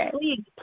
please